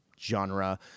genre